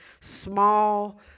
small